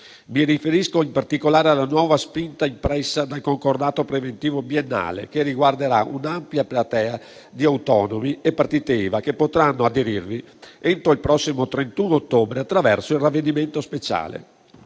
Mi riferisco, in particolare, alla nuova spinta impressa dal concordato preventivo biennale, che riguarderà un'ampia platea di autonomi e partite IVA, che potranno aderirvi entro il prossimo 31 ottobre attraverso il ravvedimento speciale.